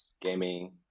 gaming